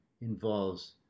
involves